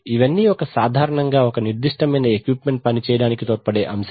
ఇవన్నీ సాధారణంగా ఒక నిర్దిష్టమైన ఎక్విప్మెంట్ పని చేయడానికి తోడ్పడే అంశాలు